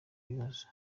bibazo